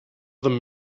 them